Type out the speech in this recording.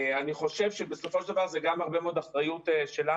אני חושב שבסופו של דבר זה גם הרבה מאוד אחריות שלנו.